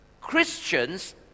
Christians